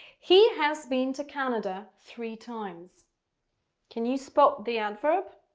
he has been to canada three times can you spot the adverb?